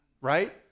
right